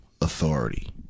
authority